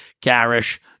garish